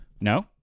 No